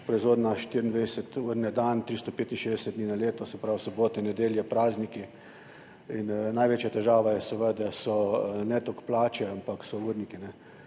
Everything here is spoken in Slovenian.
proizvodnja 24 ur na dan, 365 dni na leto, se pravi sobote, nedelje, prazniki. In največja težava niso toliko plače, ampak so urniki.